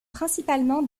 principalement